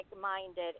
minded